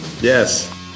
Yes